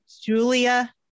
Julia